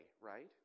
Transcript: right